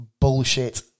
bullshit